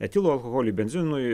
etilo alkoholiui benzinui